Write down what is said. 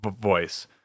voice